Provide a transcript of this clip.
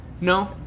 No